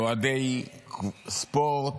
אוהדי ספורט,